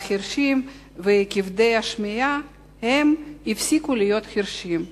והחירשים וכבדי השמיעה הפסיקו להיות חירשים,